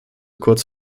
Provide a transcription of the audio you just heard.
kurz